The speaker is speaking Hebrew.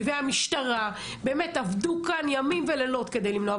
והמשטרה באמת עבדו כאן ימים ולילות כדי למנוע,